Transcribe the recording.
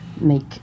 make